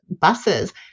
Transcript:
buses